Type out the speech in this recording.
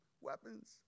weapons